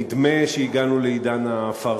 נדמה שהגענו לעידן הפארסה.